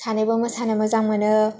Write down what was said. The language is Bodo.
सानैबो मोसानो मोजां मोनो